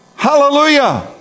Hallelujah